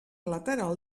lateral